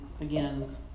again